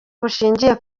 bushingiye